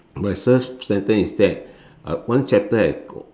my first sentence is that one chapter has